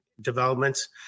developments